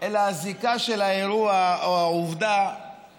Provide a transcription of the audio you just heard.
אלא הזיקה של האירוע או העובדה